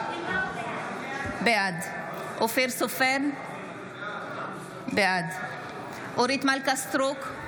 בעד אופיר סופר, בעד אורית מלכה סטרוק,